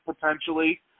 potentially